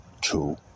two